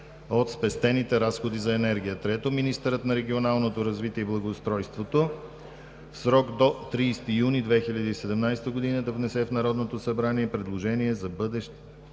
от спестените разходи за енергия. 3. Министърът на регионалното развитие и благоустройството в срок до 30 юни 2017 г. да внесе в Народното събрание предложение за бъдещото